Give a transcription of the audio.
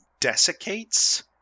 desiccates